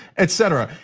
etc.